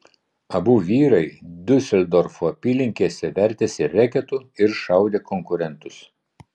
abu vyrai diuseldorfo apylinkėse vertėsi reketu ir šaudė konkurentus